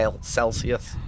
Celsius